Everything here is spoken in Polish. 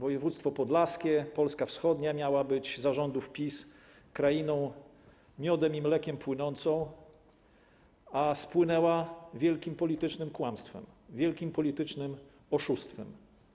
Województwo podlaskie, Polska wschodnia miała być za rządów PiS krainą miodem i mlekiem płynącą, a spłynęła wielkim politycznym kłamstwem, wielkim politycznym oszustwem.